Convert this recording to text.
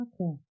Okay